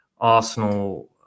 Arsenal